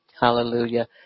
Hallelujah